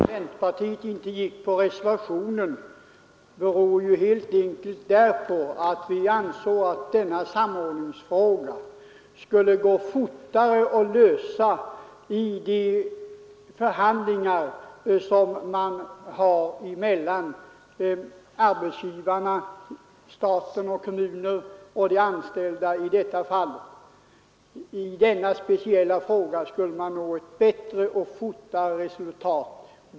Herr talman! Anledningen till att centerpartiet inte anslutit sig till reservationen är ju helt enkelt den att vi anser att denna samordningsfråga skulle kunna lösas snabbare genom de förhandlingar som förs i detta sammanhang mellan arbetsgivarna, staten, kommunerna och de anställda. I denna speciella fråga skulle man på denna väg kunna nå ett bättre och snabbare resultat.